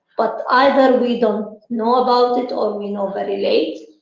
but either we don't know about it or we know very late.